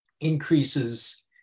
increases